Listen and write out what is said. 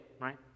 right